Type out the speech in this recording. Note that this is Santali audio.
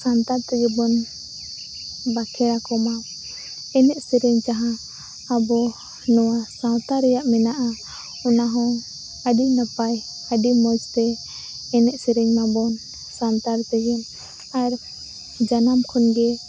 ᱥᱟᱱᱛᱟᱲ ᱛᱮᱜᱮᱵᱚᱱ ᱵᱟᱠᱷᱮᱬ ᱟᱠᱚ ᱢᱟ ᱮᱱᱮᱡᱼᱥᱮᱨᱮᱧ ᱡᱟᱦᱟᱸ ᱟᱵᱚ ᱱᱚᱣᱟ ᱥᱟᱶᱛᱟ ᱨᱮᱭᱟᱜ ᱢᱮᱱᱟᱜᱼᱟ ᱚᱱᱟᱦᱚᱸ ᱟᱹᱰᱤ ᱱᱟᱯᱟᱭ ᱟᱹᱰᱤ ᱢᱚᱡᱽ ᱛᱮ ᱮᱱᱮᱡᱼᱥᱮᱨᱮᱧ ᱢᱟᱵᱚᱱ ᱥᱟᱱᱛᱟᱲ ᱛᱮᱜᱮ ᱟᱨ ᱡᱟᱱᱟᱢ ᱠᱷᱚᱱ ᱜᱮ